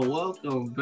welcome